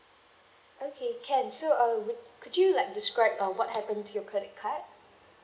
okay can so uh would could you like describe uh what happened to your credit card